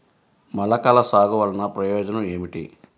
మొలకల సాగు వలన ప్రయోజనం ఏమిటీ?